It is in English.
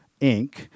Inc